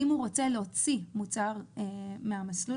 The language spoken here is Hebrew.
אם הוא רוצה להוציא מוצר מהמסלול,